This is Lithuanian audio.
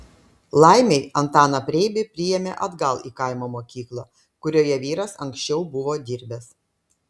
laimei antaną preibį priėmė atgal į kaimo mokyklą kurioje vyras anksčiau buvo dirbęs